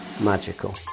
magical